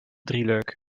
drieluik